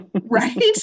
Right